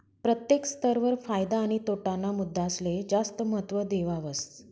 प्रत्येक स्तर वर फायदा आणि तोटा ना मुद्दासले जास्त महत्व देवावस